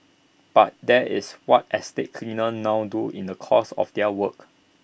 but that is what estate cleaners now do in the course of their work